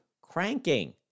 cranking